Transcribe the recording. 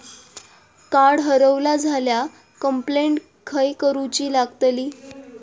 Card हरवला झाल्या complaint खय करूची लागतली?